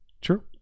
True